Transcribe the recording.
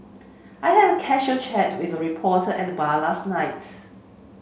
I had a casual chat with a reporter at the bar last night